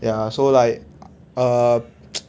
ya so like err